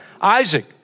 Isaac